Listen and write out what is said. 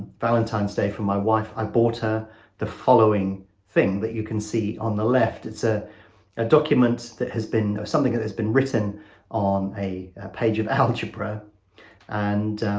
valentine's day from my wife i bought her the following thing that you can see on the left it's a ah document that has been something that has been written on a page of algebra and